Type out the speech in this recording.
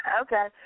Okay